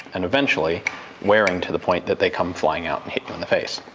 and eventually wearing to the point that they come flying out and hit you in the face,